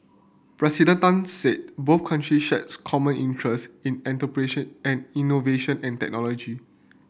President Tan said both countries shares common interests in entrepreneurship and innovation and technology